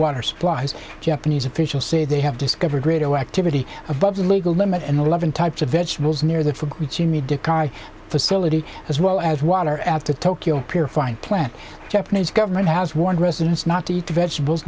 water supplies japanese officials say they have discovered radioactivity above the legal limit and eleven types of vegetables near that for which you need to carry facility as well as water at the tokyo pier fine plant japanese government has warned residents not to eat vegetables